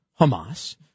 Hamas